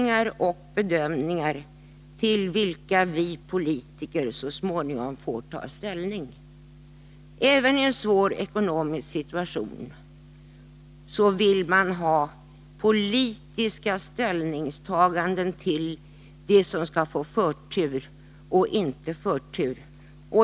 De är ansvariga på sina platser, men de är ändå inte politiskt ansvariga. Även i en svår ekonomisk situation tycker jag att det skall finnas politiska ställningstaganden till vad som skall få förtur eller inte.